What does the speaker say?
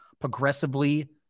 progressively